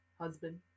husband